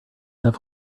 have